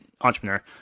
entrepreneur